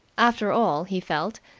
after all, he felt,